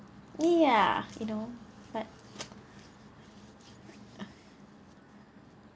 ya you know but